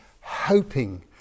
hoping